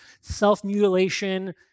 self-mutilation